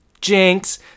jinx